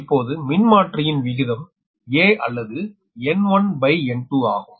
இப்போது மின்மாற்றியின் விகிதம் a அல்லது N1N2ஆகும்